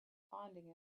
finding